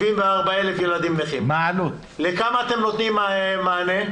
לכמה ילדים נכים אתם נותנים מענה?